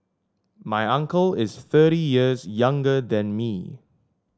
my uncle is thirty years younger than me